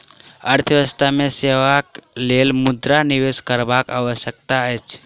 अर्थव्यवस्था मे सेवाक लेल मुद्रा निवेश करबाक आवश्यकता अछि